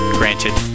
granted